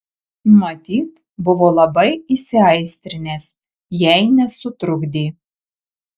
matyt buvo labai įsiaistrinęs jei nesutrukdė